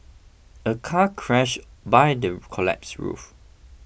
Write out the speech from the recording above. a car crushed by the collapsed roof